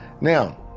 Now